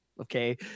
okay